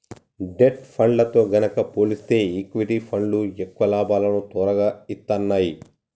debt ఫండ్లతో గనక పోలిస్తే ఈక్విటీ ఫండ్లు ఎక్కువ లాభాలను తొరగా ఇత్తన్నాయి